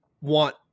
want